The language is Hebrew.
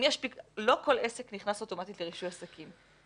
לא כל עסק נכנס אוטומטית לרישוי עסקים.